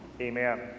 Amen